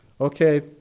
Okay